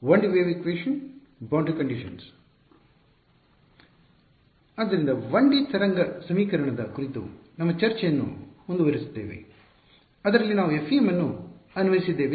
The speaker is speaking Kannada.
ಆದ್ದರಿಂದ 1ಡಿ ತರಂಗ ಸಮೀಕರಣದ ಕುರಿತು ನಮ್ಮ ಚರ್ಚೆಯನ್ನು ಮುಂದುವರಿಸುತ್ತೇವೆ ಅದರಲ್ಲಿ ನಾವು FEM ಅನ್ನು ಅನ್ವಯಿಸಿದ್ದೇವೆ